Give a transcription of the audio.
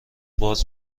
باز